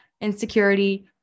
insecurity